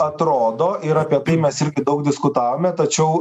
atrodo ir apie tai mes irgi daug diskutavome tačiau